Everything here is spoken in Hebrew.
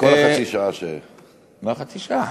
מכל חצי השעה, מה חצי שעה?